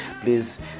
please